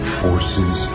forces